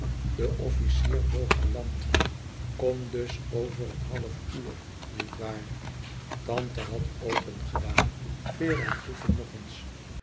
de officier boog galant kom dus over een half uur niet waar tante had opengedaan vera groette nog eens